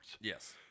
Yes